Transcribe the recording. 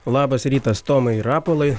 labas rytas tomai ir rapolai